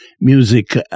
Music